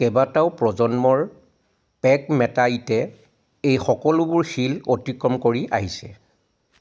কেইবাটাও প্ৰজন্মৰ পেগমেটাইটে এই সকলোবোৰ শ্বিল অতিক্ৰম কৰি আহিছে